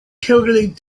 calculated